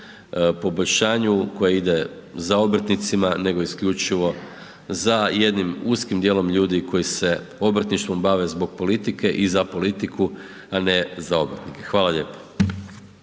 poboljšanju koje ide za obrtnicima nego isključivo za jednim uskim dijelom ljudi koji se obrtništvom bave zbog politike i za politiku, a ne za obrtnike. Hvala lijepo.